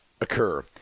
occur